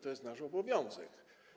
To jest nasz obowiązek.